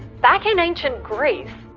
back in ancient greece